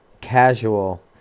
casual